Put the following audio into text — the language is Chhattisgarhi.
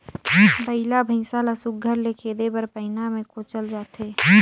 बइला भइसा ल सुग्घर ले खेदे बर पैना मे कोचल जाथे